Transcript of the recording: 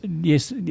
yes